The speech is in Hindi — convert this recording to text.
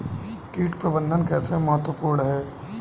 कीट प्रबंधन कैसे महत्वपूर्ण है?